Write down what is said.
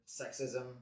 sexism